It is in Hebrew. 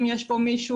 אם יש פה מישהו,